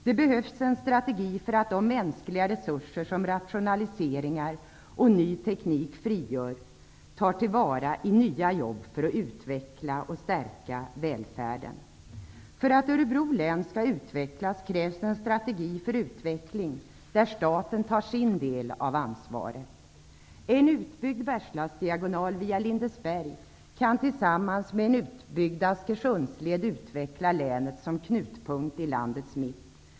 Det behövs en strategi för att de mänskliga resurser som rationaliseringar och ny teknik frigör tas till vara i nya jobb för att utveckla och stärka välfärden. För att Örebro län skall utvecklas krävs en strategi för utveckling där staten tar sin del av ansvaret. En utbyggd Bergslagsdiagonal via Lindesberg kan tillsammans med en utbyggd Askersundsled utveckla länet som knutpunkt i landets mitt.